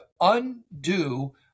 undo